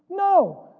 no.